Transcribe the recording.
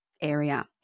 area